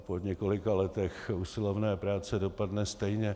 Po několika letech usilovné práce dopadne stejně.